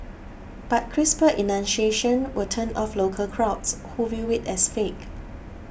but crisper enunciation will turn off local crowds who view it as fake